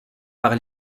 par